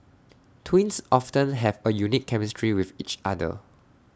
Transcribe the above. twins often have A unique chemistry with each other